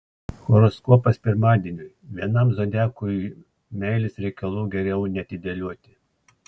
horoskopas pirmadieniui vienam zodiakui meilės reikalų geriau neatidėlioti